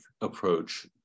approach